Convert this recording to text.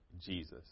Jesus